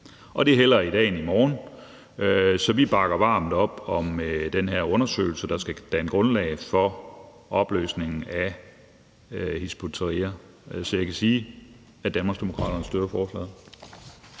hellere ske i dag end i morgen, så vi bakker varmt op om den her undersøgelse, der skal danne grundlag for opløsningen af Hizb ut-Tahrir. Så jeg kan sige, at Danmarksdemokraterne støtter forslaget.